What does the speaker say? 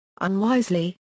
Unwisely